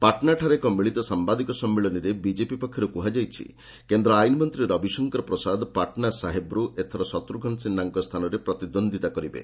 ପାଟନାଠାରେ ଏକ ମିଳିତ ସାମ୍ବାଦିକ ସମ୍ମିଳନୀରେ ବିଜେପି ପକ୍ଷରୁ କୁହାଯାଇଛି ଯେ କେନ୍ଦ୍ର ଆଇନ ମନ୍ତ୍ରୀ ରବିଶଙ୍କର ପ୍ରସାଦ ପାଟନା ସାହେବରୁ ଏଥର ଶତ୍ରୁଘ୍ନ ସିହ୍ନାଙ୍କ ସ୍ଥାନରେ ପ୍ରତିଦ୍ୱନ୍ଦ୍ୱିତା କରିବେ